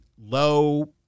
low